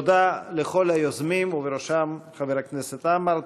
תודה לכל היוזמים ובראשם חבר הכנסת עמאר.